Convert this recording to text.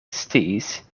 sciis